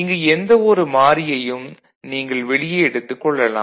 இங்கு எந்த ஒரு மாறியையும் நீங்கள் வெளியே எடுத்துக் கொள்ளலாம்